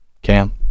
Cam